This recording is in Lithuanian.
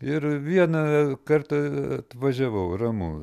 ir vieną kartą atvažiavau ramu